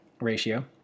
ratio